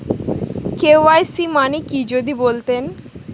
KYC মানে কি যদি বলতেন?